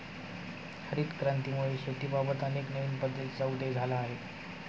हरित क्रांतीमुळे शेतीबाबत अनेक नवीन पद्धतींचा उदय झाला आहे